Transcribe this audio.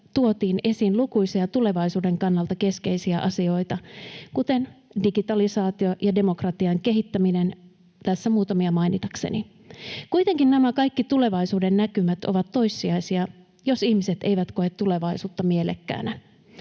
tuotiin esiin lukuisia tulevaisuuden kannalta keskeisiä asioita, kuten digitalisaatio ja demokratian kehittäminen, tässä muutamia mainitakseni. Kuitenkin nämä kaikki tulevaisuudennäkymät ovat toissijaisia, jos ihmiset eivät koe tulevaisuutta mielekkäänä.